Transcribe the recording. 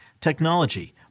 technology